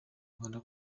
rwanda